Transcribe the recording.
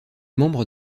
membres